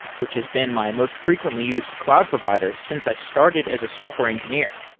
which has been my most frequently used cloud provider since i started as a software engineer.